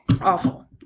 Awful